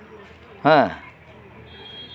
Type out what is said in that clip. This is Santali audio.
ᱦᱮᱸ